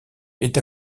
est